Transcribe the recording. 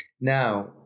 Now